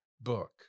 book